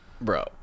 Bro